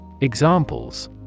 Examples